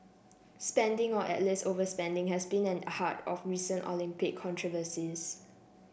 spending or at least overspending has been at the heart of recent Olympic controversies